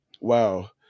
Wow